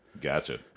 Gotcha